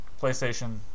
PlayStation